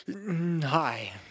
Hi